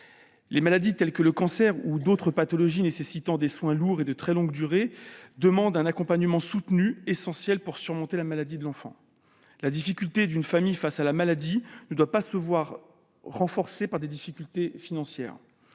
Les maladies telles que le cancer ou d'autres pathologies nécessitant des soins lourds et de très longue durée demandent un accompagnement soutenu, essentiel pour surmonter la maladie de l'enfant. Les difficultés qu'une famille rencontre face à la maladie ne doivent pas être aggravées par des problèmes financiers.